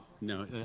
No